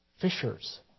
fishers